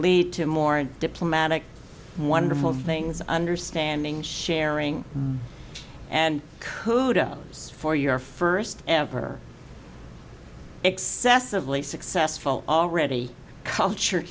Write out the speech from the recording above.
lead to more diplomatic wonderful things understanding sharing and kudos for your first ever excessively successful already culture